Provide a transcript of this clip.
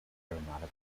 aeronautical